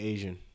Asian